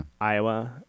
iowa